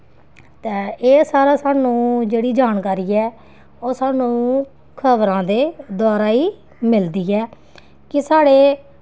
ते एह् सारा सानूं जेह्ड़ी जानकारी ऐ ओह् सानूं खबरां दे द्वारा गै मिलदी ऐ कि साढ़े